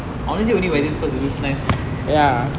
honestly only wear this because it looks nice